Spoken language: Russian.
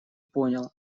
понял